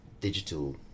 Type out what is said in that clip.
digital